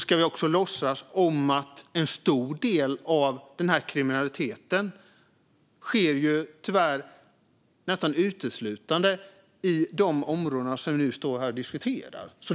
Ska vi också låtsas som att vi inte vet att en stor del av den här kriminaliteten tyvärr nästan uteslutande sker i de områden som vi nu står här och diskuterar?